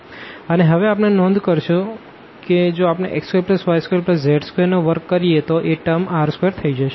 xrsin cos yrsin sin zrcos અને હવે આપને નોંધ કરશો કે જો આપણે x2y2z2 નો વર્ગ કરીયે તો ટર્મ r2 થઈ જશે